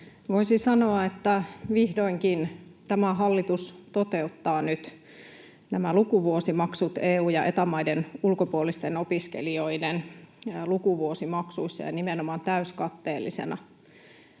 Voisi sanoa, että vihdoinkin tämä hallitus toteuttaa nyt nämä lukuvuosimaksut EU- ja Eta-maiden ulkopuolisten opiskelijoiden lukuvuosimaksuissa ja nimenomaan täyskatteellisina.